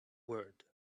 word